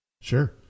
Sure